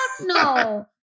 no